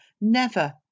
never